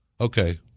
Okay